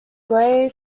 grey